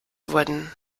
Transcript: wurden